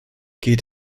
geht